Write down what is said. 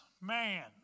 man